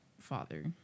father